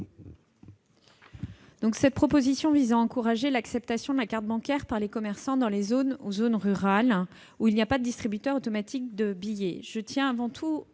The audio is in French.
? Cet amendement vise à encourager l'acceptation de la carte bancaire par les commerçants dans les zones rurales où il n'y a pas de distributeur automatique de billets.